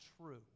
true